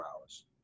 hours